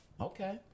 Okay